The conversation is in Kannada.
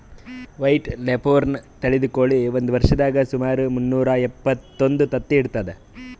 ವೈಟ್ ಲೆಘೋರ್ನ್ ತಳಿದ್ ಕೋಳಿ ಒಂದ್ ವರ್ಷದಾಗ್ ಸುಮಾರ್ ಮುನ್ನೂರಾ ಎಪ್ಪತ್ತೊಂದು ತತ್ತಿ ಇಡ್ತದ್